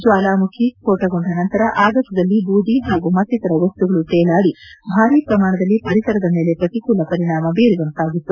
ಜ್ವಾಲಾಮುಖಿ ಸ್ವೋಟಗೊಂಡ ನಂತರ ಆಗಸದಲ್ಲಿ ಬೂದಿ ಹಾಗೂ ಮತ್ತಿತರ ವಸ್ತುಗಳು ತೇಲಾಡಿ ಭಾರಿ ಪ್ರಮಾಣದಲ್ಲಿ ಪರಿಸರದ ಮೇಲೆ ಪ್ರತಿಕೂಲ ಪರಿಣಾಮ ಬೀರುವಂತಾಗಿದೆ